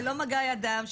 ללא מגע אדם,